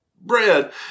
bread